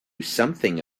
something